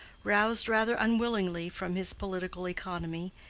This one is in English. roused rather unwillingly from his political economy,